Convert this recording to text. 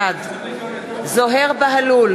בעד זוהיר בהלול,